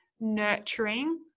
nurturing